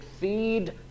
feed